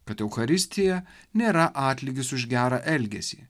kad eucharistija nėra atlygis už gerą elgesį